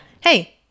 Hey